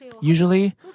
usually